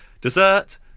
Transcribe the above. Dessert